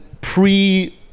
pre